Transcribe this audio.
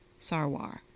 Sarwar